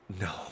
No